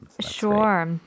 Sure